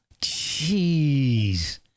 Jeez